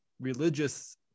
religious